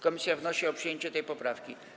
Komisja wnosi o przyjęcie tej poprawki.